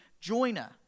joiner